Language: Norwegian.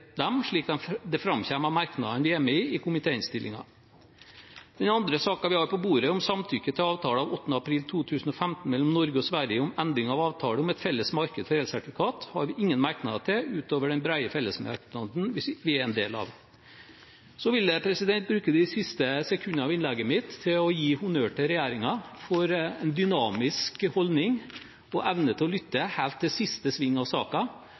dem, slik det framkommer av merknadene vi er med på i komitéinnstillingen. Den andre saken som vi har på bordet, om samtykke til inngåelse av avtale av 8. april 2015 mellom Norge og Sverige om endring av avtale om et felles marked for elsertifikater, har vi ingen merknader til, utover den brede fellesmerknaden vi er en del av. Så vil jeg bruke de siste sekundene på innlegget mitt til å gi honnør til regjeringen for en dynamisk holdning og evne til å lytte helt til siste sving av